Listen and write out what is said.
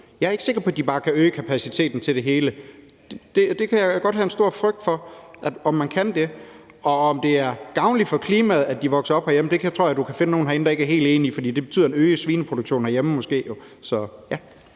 Jeg er ikke sikker på, at de bare kan øge kapaciteten til det hele; det kan jeg godt have en stor frygt for om man kan. Om det er gavnligt for klimaet, at de vokser op herhjemme, tror jeg du kan finde nogle herinde der ikke er helt enige i, for det betyder måske en øget svineproduktion herhjemme. Kl.